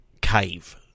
cave